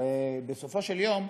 הרי בסופו של יום,